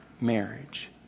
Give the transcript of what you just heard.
marriage